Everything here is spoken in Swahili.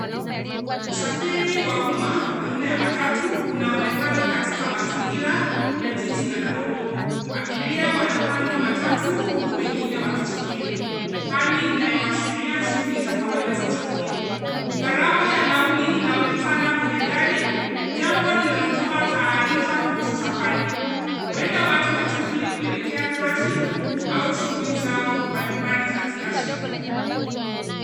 Usafiri wa umma aina ya matatu unaonekana katika mazingira ya jiji la Nairobi. Abiria wanapanda matatu huku wengine wakisubiri, Hali inayoashiria shughuli za kawaida za usafiri. Gharama ya nauli inaonekana kwenye gari, jambo linalotoa taarifa kuhusu safari. Huenda watu wanasafiri kuelekea kazi au shughuli zao mbalimbali za kila siku.